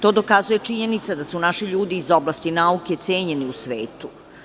To dokazuje i činjenica da su naši ljudi i oblasti nauke cenjeni u svetu.